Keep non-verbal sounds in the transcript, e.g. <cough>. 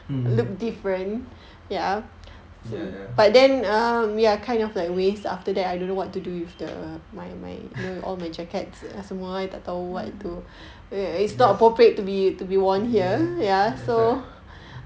mmhmm ya ya <laughs> is like